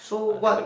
so what